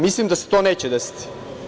Mislim da se to neće desiti.